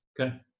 Okay